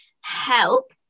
help